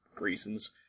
reasons